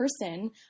person